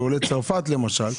של עולי צרפת למשל,